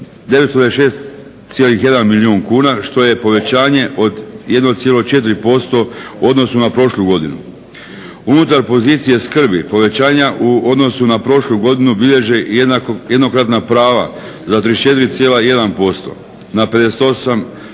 926,1 milijun kuna što je povećanje od 1,4% u odnosu na prošlu godinu. Unutar pozicije skrbi povećanja u odnosu na prošlu godinu bilježe jednokratna prava za 34.1% na 58,5